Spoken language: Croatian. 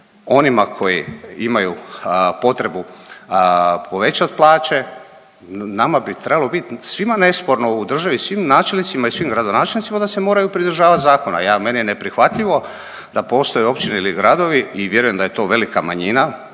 onima koji imaju potrebu povećat plaće. Nama bi trebalo bit svima nesporno u državi svim načelnicima i svim gradonačelnicima da se moraju pridržavat zakona. Meni je neprihvatljivo da postoje općine ili gradovi i vjerujem da je to velika manjina,